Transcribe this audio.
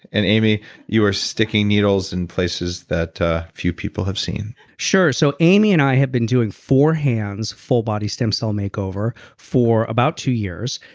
and amy you were sticking needles in places that few people have seen sure, so amy and i have been doing four hands full body stem cell makeover for about two years.